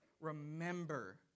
Remember